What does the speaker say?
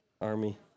Army